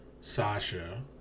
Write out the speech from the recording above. Sasha